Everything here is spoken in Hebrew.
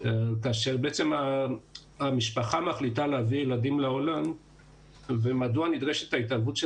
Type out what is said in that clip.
כאשר המשפחה מחליטה להביא ילדים לעולם ומדוע נדרשת ההתערבות של